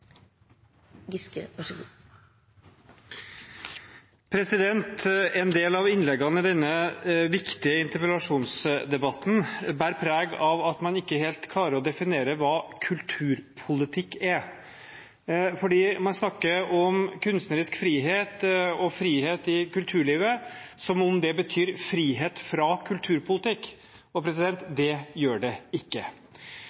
En del av innleggene i denne viktige interpellasjonsdebatten bærer preg av at man ikke helt klarer å definere hva kulturpolitikk er. Man snakker om kunstnerisk frihet og frihet i kulturlivet som om det betyr frihet fra kulturpolitikk.